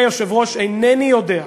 אדוני היושב-ראש, אינני יודע,